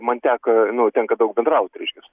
man teko nu tenka daug bendrauti reiškias